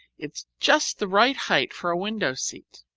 it's just the right height for a window seat.